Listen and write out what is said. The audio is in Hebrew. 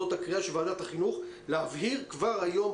זאת הקריאה של ועדת החינוך: להבהיר כבר היום,